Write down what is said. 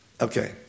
Okay